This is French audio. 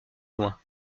loin